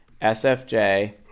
SFJ